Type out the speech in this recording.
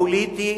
הפוליטי,